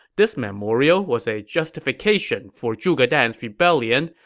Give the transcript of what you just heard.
this memorial was a justification for zhuge dan's rebellion,